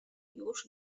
już